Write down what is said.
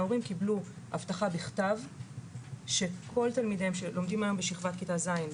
ההורים קיבלו הבטחה בכתב שכל התלמידים שלומדים היום בשכבת כיתה ז'